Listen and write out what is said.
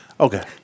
Okay